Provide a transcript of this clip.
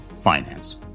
finance